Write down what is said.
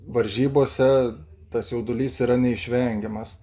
varžybose tas jaudulys yra neišvengiamas